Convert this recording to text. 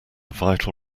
vital